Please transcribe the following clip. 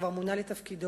כבר מונה לתפקידו.